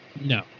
No